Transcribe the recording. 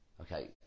Okay